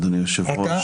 אדוני היושב-ראש,